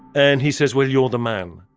and he says, well you're the man.